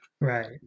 right